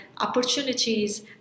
opportunities